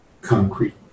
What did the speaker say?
concrete